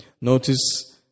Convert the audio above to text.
Notice